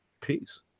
peace